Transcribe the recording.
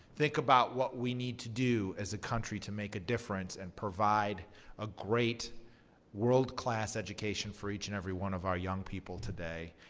think about what we need to do as a country to make a difference and provide a great world class education for each and every one of our young people today.